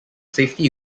safety